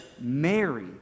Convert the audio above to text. Mary